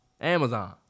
Amazon